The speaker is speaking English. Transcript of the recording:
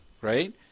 right